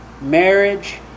marriage